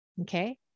Okay